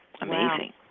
Amazing